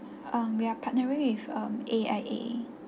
um we're partnering with um A_I_A